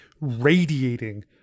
radiating